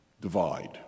divide